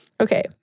Okay